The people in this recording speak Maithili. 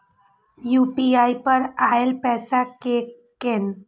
यू.पी.आई पर आएल पैसा कै कैन?